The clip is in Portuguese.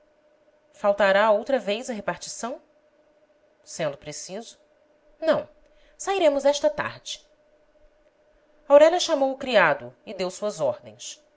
faltará outra vez à repartição sendo preciso não sairemos esta tarde aurélia chamou o criado e deu suas ordens